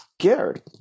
scared